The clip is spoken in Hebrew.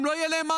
לא יהיה להם,